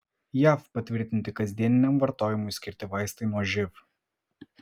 jav patvirtinti kasdieniniam vartojimui skirti vaistai nuo živ